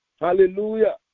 Hallelujah